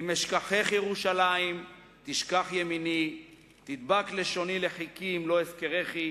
אם אשכחך ירושלים תשכח ימיני תדבק לשוני לחכי אם לא אזכרכי